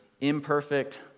imperfect